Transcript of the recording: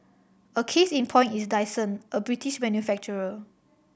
a case in point is Dyson a British manufacturer